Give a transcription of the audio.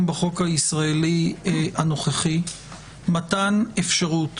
בחוק הישראלי הנוכחי מתן אפשרות